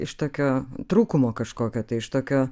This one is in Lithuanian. iš tokio trūkumo kažkokio tai iš tokio